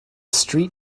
street